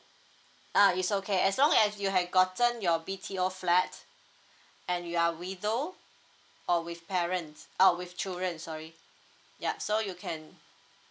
uh it's okay as long as you have gotten your B T O flat and you are widow or with parents uh with children sorry ya so you can